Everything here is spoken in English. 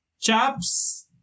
Chaps